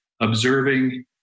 observing